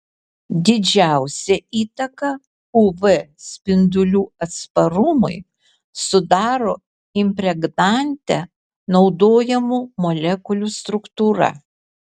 didžiausią įtaką uv spindulių atsparumui sudaro impregnante naudojamų molekulių struktūra